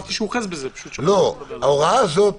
ההוראה הזאת